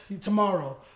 Tomorrow